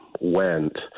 went